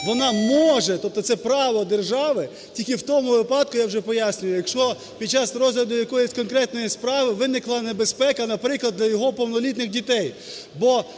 вона може, тобто це право держави тільки в тому випадку, я вже пояснюю, якщо під час розгляду якоїсь конкретної справи виникла небезпека, наприклад, для його повнолітніх дітей.